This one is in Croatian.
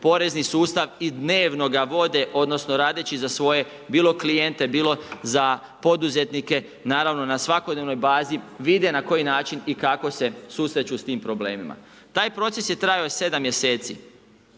porezni sustav i dnevno ga vode, odnosno radeći za svoje bilo klijente, bilo za poduzetnike, naravno na svakodnevnoj bazi, vide na koji način i kako se susreću s tim problemima. Taj proces je trajao 7 mjeseci.